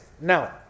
Now